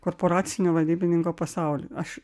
korporacinio vadybininko pasaulį aš